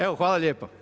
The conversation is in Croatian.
Evo hvala lijepo.